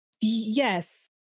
Yes